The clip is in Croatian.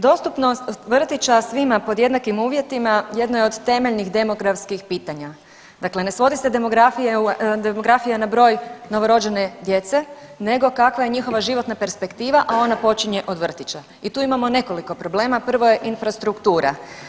Dostupnost vrtića svima pod jednakim uvjetima jedno je od temeljnih demografskih pitanja, dakle ne svodi se demografija na broj novorođene djece nego kakva je njihova životna perspektiva, a ona počinje od vrtića i tu imamo nekoliko problema, prvo je infrastruktura.